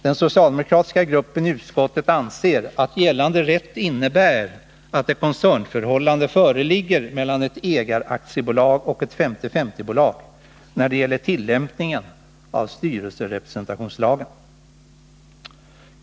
Den socialdemokratiska gruppen i utskottet anser att gällande rätt innebär att ett koncernförhållande föreligger mellan ett ägaraktiebolag och ett 50/50-bolag, när det gäller tillämpningen av styrelserepresentationslagen.